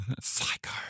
psycho